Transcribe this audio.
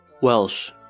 Welsh